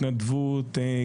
התנדבות,